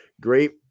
Great